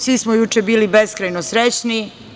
Svi smo juče bili beskrajno srećni.